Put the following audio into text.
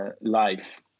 life